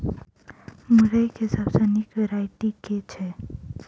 मुरई केँ सबसँ निक वैरायटी केँ छै?